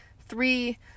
three